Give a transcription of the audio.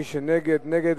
מי שנגד, נגד.